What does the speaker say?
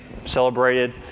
celebrated